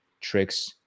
tricks